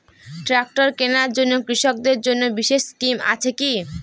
Tractor কেনার জন্য কৃষকদের জন্য বিশেষ স্কিম আছে কি?